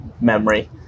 memory